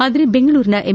ಆದರೆ ಬೆಂಗಳೂರಿನ ಎಂ